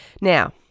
Now